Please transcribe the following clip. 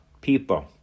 people